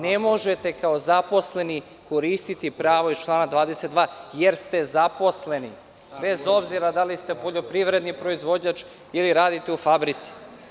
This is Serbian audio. Ne možete kao zaposleni koristiti pravo iz člana 22. jer ste zaposleni, bez obzira da li ste poljoprivredni proizvođač ili radite u fabrici.